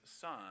son